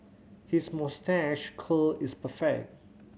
his moustache curl is perfect